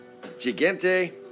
Gigante